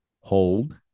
hold